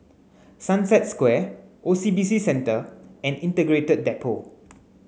Sunset Square O C B C Centre and Integrated Depot